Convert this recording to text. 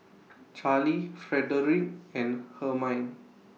Charly Frederic and Hermine